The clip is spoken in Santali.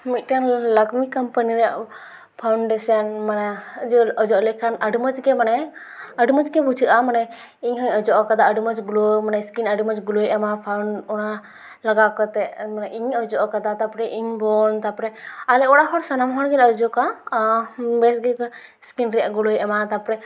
ᱢᱤᱫᱴᱟᱝ ᱞᱟᱠᱢᱤ ᱠᱳᱢᱯᱟᱱᱤ ᱨᱮᱭᱟᱜ ᱯᱷᱟᱣᱩᱱᱰᱮᱥᱮᱱ ᱢᱟᱱᱮ ᱡᱳᱞ ᱚᱡᱚᱜ ᱞᱮᱠᱷᱟᱱ ᱟᱹᱰᱤ ᱢᱚᱡᱽᱜᱮ ᱢᱟᱱᱮ ᱟᱹᱰᱤ ᱢᱚᱡᱽᱜᱮ ᱵᱩᱡᱷᱟᱹᱜᱼᱟ ᱢᱟᱱᱮ ᱤᱧ ᱦᱚᱧ ᱚᱡᱚᱜ ᱟᱠᱟᱫᱟ ᱟᱹᱰᱤ ᱢᱚᱡᱽ ᱜᱞᱳ ᱢᱟᱱᱮ ᱥᱠᱤᱱ ᱟᱹᱰᱤ ᱢᱚᱡᱽ ᱜᱞᱳᱭ ᱮᱢᱟ ᱯᱷᱟᱣᱩᱱ ᱚᱱᱟ ᱞᱟᱜᱟᱣ ᱠᱟᱛᱮᱫ ᱢᱟᱱᱮ ᱤᱧ ᱚᱡᱚᱜ ᱟᱠᱟᱫᱟ ᱛᱟᱯᱚᱨᱮ ᱤᱧ ᱵᱳᱱ ᱛᱟᱯᱚᱨᱮ ᱟᱞᱮ ᱚᱲᱟᱜ ᱦᱚᱲ ᱥᱟᱱᱟᱢ ᱦᱚᱲ ᱜᱮᱞᱮ ᱚᱡᱚᱜᱟ ᱟᱨ ᱵᱮᱥᱜᱮ ᱥᱠᱤᱱ ᱨᱮᱭᱟᱜ ᱜᱚᱲᱳᱭ ᱮᱢᱟ ᱛᱟᱯᱚᱨᱮ